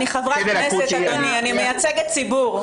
אני חברת כנסת, אדוני, אני מייצגת ציבור.